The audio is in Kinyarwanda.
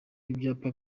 ibyapa